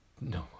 No